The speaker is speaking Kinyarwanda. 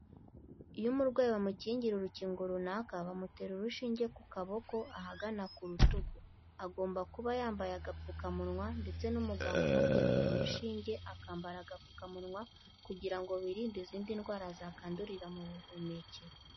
Iyo umurwayi bamukingira urukingo runaka, bamutera urushinge ku kaboko ahagana ku rutugu. Agomba kuba yambaye agapfukamunwa ndetse n'umuganga umutera urwo rushinge akambara agapfukamunwa kugira ngo birinde izindi ndwara zakandurira mu buhumekero.